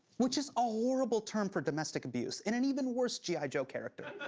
which is a horrible term for domestic abuse and an even worse g i. joe character.